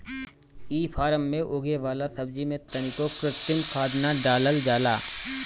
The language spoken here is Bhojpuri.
इ फार्म में उगे वाला सब्जी में तनिको कृत्रिम खाद ना डालल जाला